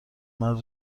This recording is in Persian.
مرد